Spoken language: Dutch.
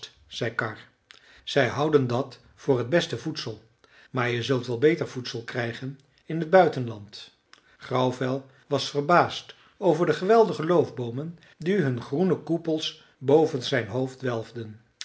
zei karr zij houden dat voor het beste voedsel maar je zult wel beter voedsel krijgen in het buitenland grauwvel was verbaasd over de geweldige loofboomen die hun groene koepels boven zijn hoofd welfden